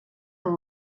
amb